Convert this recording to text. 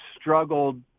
struggled